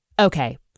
okay